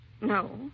No